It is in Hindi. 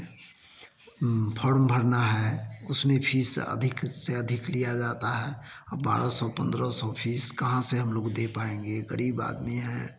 फॉर्म भरना है उसमें फीस अधिक से ज़्यादा लिया जाता है बारह सो पन्द्रह सो फीस कहाँ से लोग दे पाएँगे गरीब आदमी हैं